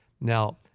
Now